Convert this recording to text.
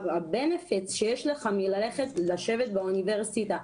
ה-benefits שיש לך מלשבת באוניברסיטה,